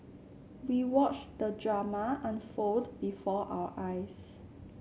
we watched the drama unfold before our eyes